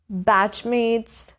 batchmates